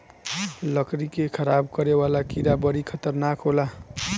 लकड़ी के खराब करे वाला कीड़ा बड़ी खतरनाक होला